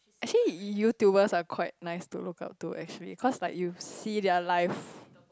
actually Youtubers are quite nice to look out to actually cause like you see their life